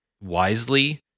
wisely